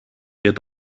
και